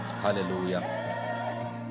Hallelujah